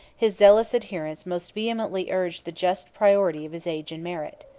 his zealous adherents most vehemently urged the just priority of his age and merit.